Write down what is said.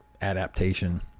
adaptation